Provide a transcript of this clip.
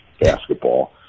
basketball